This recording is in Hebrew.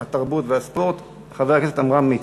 התרבות ובספורט חבר הכנסת עמרם מצנע.